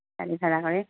গাড়ী ভাড়া কৰি